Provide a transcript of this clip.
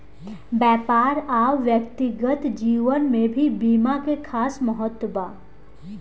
व्यापार आ व्यक्तिगत जीवन में भी बीमा के खास महत्व बा